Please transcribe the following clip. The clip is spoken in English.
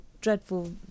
dreadful